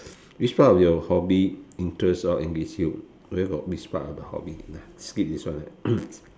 which part of your hobby interests or engage you where got which part of the hobby lah skip this one lah